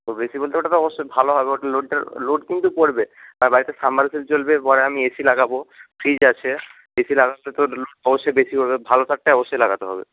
বেশি বলতে ওটা তো অবশ্যই ভালো হবে লোডটা লোড কিন্তু পড়বে আর বাড়িতে চলবে পরে আমি এসি লাগাবো ফ্রিজ আছে এসি লাগালে তো লোড অবশ্যই বেশি পড়বে ভালো তারটা অবশ্যই লাগাতে হবে